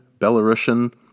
Belarusian